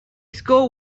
school